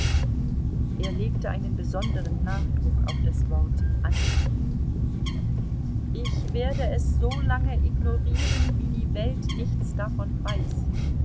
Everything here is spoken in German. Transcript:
er legte einen besonderen nachdruck auf das wort angenehm ich werde es so lange ignorieren wie die welt nichts davon weiß